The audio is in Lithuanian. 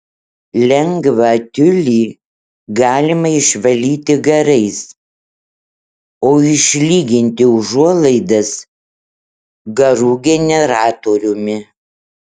lengvą tiulį galima išvalyti garais o išlyginti užuolaidas garų generatoriumi